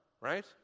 right